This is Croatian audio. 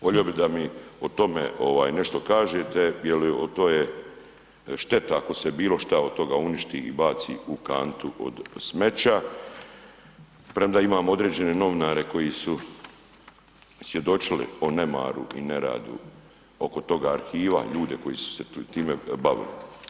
Volio bi da mi o tome ovaj nešto kažete je li otoje šteta ako se bilo šta od toga uništi i baci u kantu od smeća premda imamo određene novinare koji su svjedočili o nemaru i neradu oko toga arhiva, ljude koji su se time bavili.